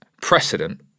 precedent